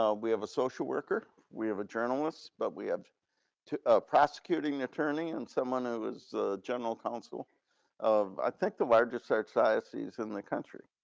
ah we have a social worker, we have a journalist but we have a prosecuting attorney and someone who was general counsel of i think the largest sex diocese in the country.